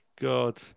God